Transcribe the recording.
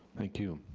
thank you.